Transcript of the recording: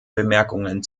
bemerkungen